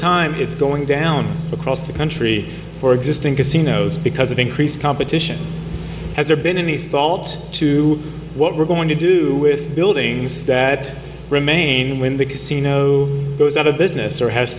time it's going down across the country for existing casinos because of increased competition has there been any fault to what we're going to do with buildings that remain when the casino goes out of business or has